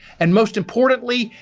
and most importantly,